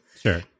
Sure